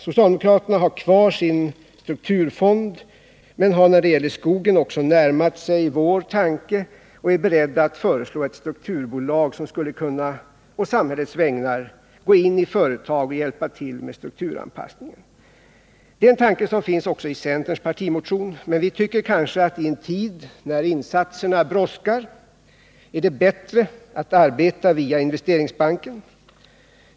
Socialdemokraterna har kvar sin strukturfond men har när det gäller skogen också närmat sig vår tanke och är beredda att föreslå ett strukturbolag, som på samhällets vägnar skulle kunna gå in i företag och hjälpa till med strukturanpassningen. Det är en tanke som finns också i centerns partimotion, men vi tycker kanske att i en tid när insatserna brådskar är det bättre att arbeta via Investeringsbanken.